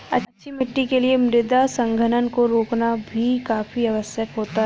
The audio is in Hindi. अच्छी मिट्टी के लिए मृदा संघनन को रोकना भी काफी आवश्यक है